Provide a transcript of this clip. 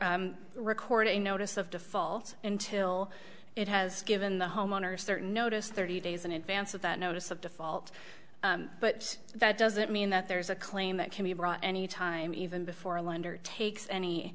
to record a notice of default until it has given the homeowners certain notice thirty days in advance of that notice of default but that doesn't mean that there is a claim that can be brought any time even before a lender takes any